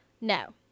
no